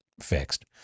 fixed